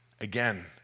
Again